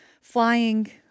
flying